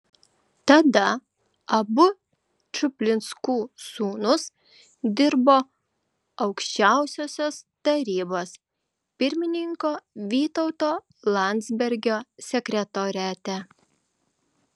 tada abu čuplinskų sūnūs dirbo aukščiausiosios tarybos pirmininko vytauto landsbergio sekretoriate